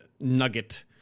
nugget